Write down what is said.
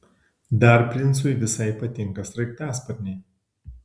dar princui visai patinka sraigtasparniai